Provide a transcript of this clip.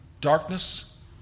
Darkness